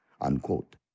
unquote